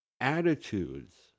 Attitudes